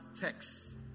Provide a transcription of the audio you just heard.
text